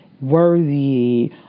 worthy